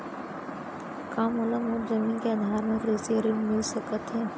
का मोला मोर जमीन के आधार म कृषि ऋण मिलिस सकत हे?